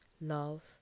love